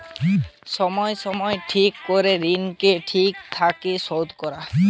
সময় সময় ঠিক করে ঋণকে ঠিক থাকে শোধ করা